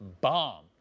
bomb